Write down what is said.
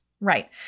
Right